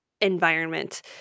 environment